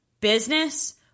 Business